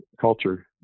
culture